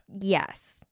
Yes